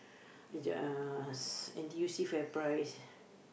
the just N_T_U_C Fairprice